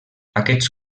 aquests